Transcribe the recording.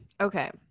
Okay